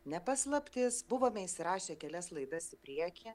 ne paslaptis buvome įsirašę kelias laidas į priekį